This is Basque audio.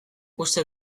uste